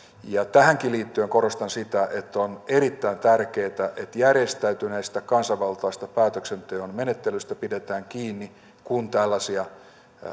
tähänkin liittyen korostan sitä että on erittäin tärkeää että järjestäytyneestä kansanvaltaisesta päätöksenteon menettelystä pidetään kiinni kun tällaisia